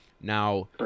now